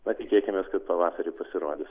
na tikėkimės kad pavasarį pasirodys